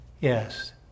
yes